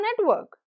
network